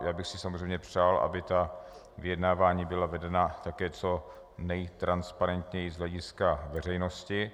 Já bych si samozřejmě přál, aby ta vyjednávání byla vedena také co nejtransparentněji z hlediska veřejnosti.